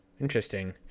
interesting